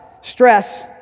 stress